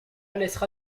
laissera